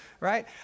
right